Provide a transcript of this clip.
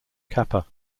kappa